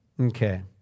Okay